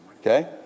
Okay